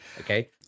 Okay